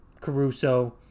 Caruso